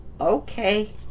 Okay